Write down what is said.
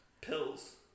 Pills